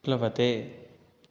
प्लवते